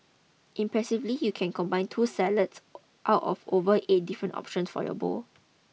impressively you can combine two salads out of over eight different options for your bowl